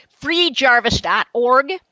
Freejarvis.org